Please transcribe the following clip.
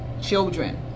children